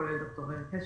כולל ד"ר אריק האס,